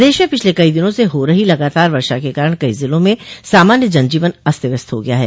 प्रदेश में पिछले कई दिनों से हो रही लगातार वर्षा के कारण कई जिलों में सामान्य जनजीवन अस्त व्यस्त हो गया है